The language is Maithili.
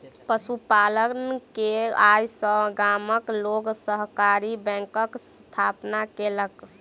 पशु पालन के आय सॅ गामक लोक सहकारी बैंकक स्थापना केलक